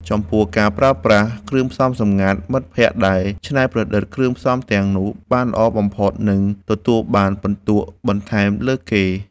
ចំពោះការប្រើប្រាស់ គ្រឿងផ្សំសម្ងាត់ មិត្តភក្តិដែលច្នៃប្រឌិតគ្រឿងផ្សំទាំងនោះបានល្អបំផុតនឹងទទួលបានពិន្ទុបន្ថែមលើសគេ។